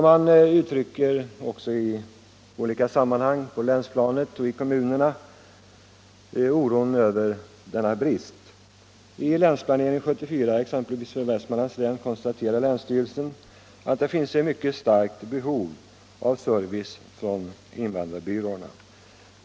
Det uttrycks också i olika sammanhang på länsplanet och ute i kommunerna oro över detta förhållande. I Länsplanering 74 för Västmanlands län konstaterar länsstyrelsen att det finns ett mycket starkt behov av service från invandrarbyråerna.